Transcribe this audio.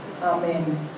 Amen